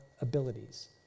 abilities